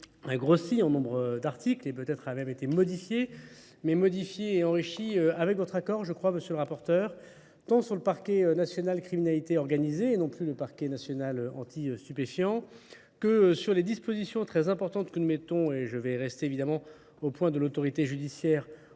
a grossi en nombre d'articles et peut-être a même été modifié mais modifié et enrichi avec votre accord je crois monsieur le rapporteur tant sur le parquet national criminalité organisé et non plus le parquet national anti stupéfiants que sur les dispositions très importantes que nous mettons et je vais rester évidemment au point de l'autorité judiciaire